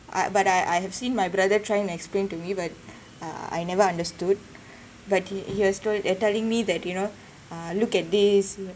I but I I have seen my brother trying explain to me but uh I never understood but he he was told and telling me that you know uh look at this